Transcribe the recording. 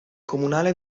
comunale